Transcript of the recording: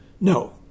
No